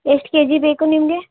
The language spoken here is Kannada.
ಎಷ್ಟು ಕೆ ಜಿ ಬೇಕು ನಿಮಗೆ